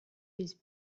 his